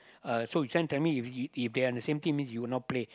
uh so he trying to tell me if if they are on the same team means you will not play